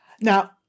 Now